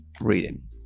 Reading